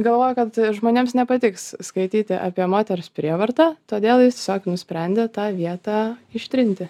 galvojo kad žmonėms nepatiks skaityti apie moters prievartą todėl jis tiesiog nusprendė tą vietą ištrinti